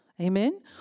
Amen